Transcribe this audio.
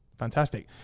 fantastic